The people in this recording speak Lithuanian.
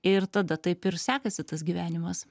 ir tada taip ir sekasi tas gyvenimas